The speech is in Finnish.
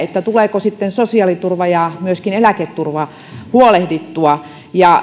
tuleeko sitten sosiaaliturva ja myöskin eläketurva huolehdittua ja